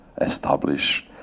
establish